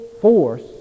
force